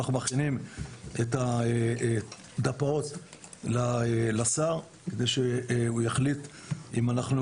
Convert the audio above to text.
אנחנו מכינים את הדפ"אות לשר כדי שהוא יחליט אם אנחנו